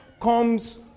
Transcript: comes